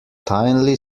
thinly